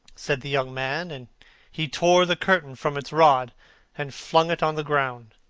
said the young man, and he tore the curtain from its rod and flung it on the ground.